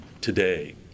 today